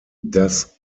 das